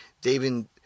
David